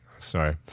Sorry